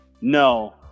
no